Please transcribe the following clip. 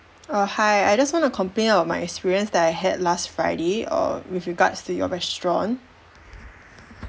uh hi I just want to complain about my experience that I had last friday err with regards to your restaurant